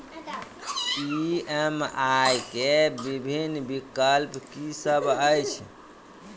EMI केँ विभिन्न विकल्प की सब अछि